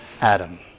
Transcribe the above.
Adam